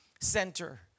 center